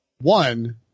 one